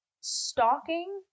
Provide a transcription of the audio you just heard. stalking